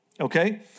Okay